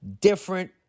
different